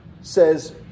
says